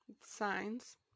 Signs